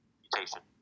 mutation